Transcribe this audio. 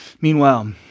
Meanwhile